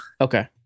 Okay